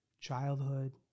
childhood